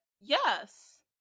Yes